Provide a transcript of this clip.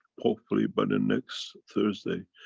hopefully by the next thursday,